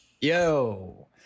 Yo